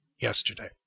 yesterday